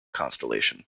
constellation